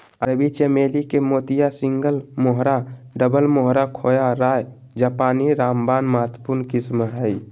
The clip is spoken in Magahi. अरबी चमेली के मोतिया, सिंगल मोहोरा, डबल मोहोरा, खोया, राय जापानी, रामबनम महत्वपूर्ण किस्म हइ